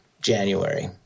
january